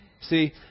See